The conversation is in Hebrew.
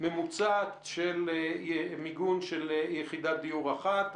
ממוצעת של מיגון של חידת דיור אחת.